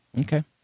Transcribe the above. Okay